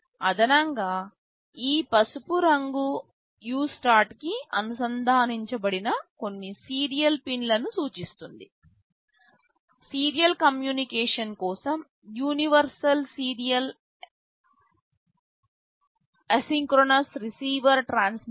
అదనంగా ఈ పసుపు రంగు USART కి అనుసంధానించబడిన కొన్ని సీరియల్ పిన్లను సూచిస్తుంది సీరియల్ కమ్యూనికేషన్ కోసం universal serial asynchronous receiver transmitter